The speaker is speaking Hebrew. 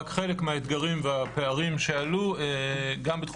רק חלק מהאתגרים והפערים שעלו גם בתחום